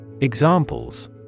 Examples